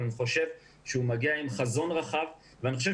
אבל אני חושב שהוא מגיע עם חזון רחב ואני חושב